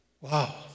Wow